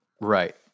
Right